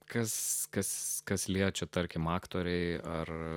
kas kas kas liečia tarkim aktoriai ar